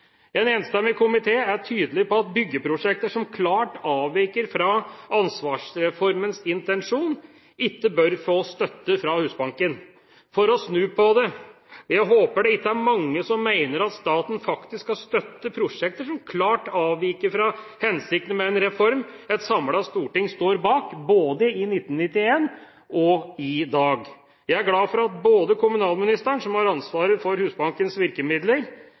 En enstemmig komité er tydelig på at byggeprosjekter som klart avviker fra ansvarsreformens intensjon, ikke bør få støtte fra Husbanken. For å snu på det: Jeg håper det ikke er mange som mener at staten faktisk skal støtte prosjekter som klart avviker fra hensikten med en reform et samlet storting står bak, både i 1991 og i dag. Jeg er glad for at både kommunalministeren, som har ansvaret for Husbankens virkemidler,